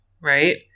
right